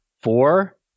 four